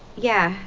yeah,